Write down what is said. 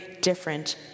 different